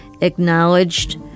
acknowledged